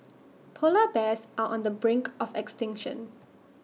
Polar Bears are on the brink of extinction